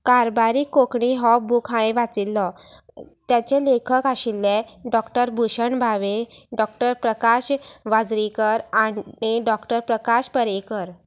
कारबारी कोंकणी हो बूक हांवें वाचिल्लो तेचें लेखक आशिल्ले डॉक्टर भुशण भावे डॉक्टर प्रकाश वाजरीकर आनी डॉक्टर प्रकाश पर्येंकर